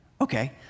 Okay